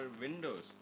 Windows